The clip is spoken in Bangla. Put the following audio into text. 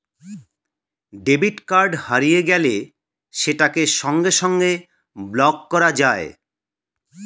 ডেবিট কার্ড হারিয়ে গেলে সেটাকে সঙ্গে সঙ্গে ব্লক করা যায়